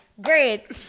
Great